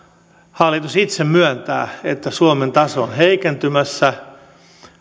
hallitus itse myöntää että suomen taso on heikentymässä